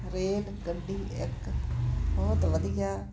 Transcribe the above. rail ਗੱਡੀ ਇੱਕ ਬਹੁਤ ਵਧੀਆ